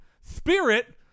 spirit